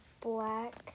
black